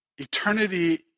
Eternity